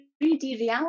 reality